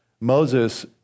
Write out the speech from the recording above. Moses